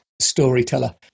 storyteller